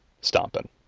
stomping